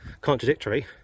contradictory